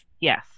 Yes